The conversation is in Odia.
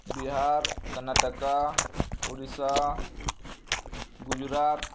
ବିହାର କର୍ଣ୍ଣାଟକ ଓଡ଼ିଶା ଗୁଜୁରାଟ